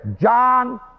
John